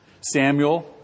Samuel